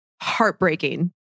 heartbreaking